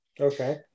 Okay